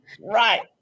Right